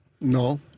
No